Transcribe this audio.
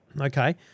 Okay